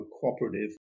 cooperative